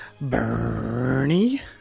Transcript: Bernie